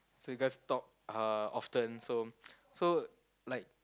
so you guys talk uh often so so like